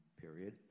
period